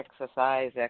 Exercise